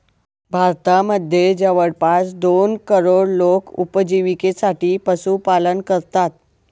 भारतामध्ये जवळपास दोन करोड लोक उपजिविकेसाठी पशुपालन करतात